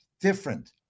Different